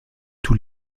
tous